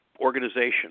organization